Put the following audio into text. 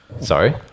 Sorry